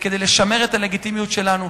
וכדי לשמר את הלגיטימיות שלנו,